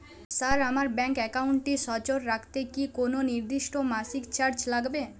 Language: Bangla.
স্যার আমার ব্যাঙ্ক একাউন্টটি সচল রাখতে কি কোনো নির্দিষ্ট মাসিক চার্জ লাগবে?